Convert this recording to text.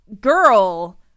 girl –